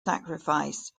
sacrifice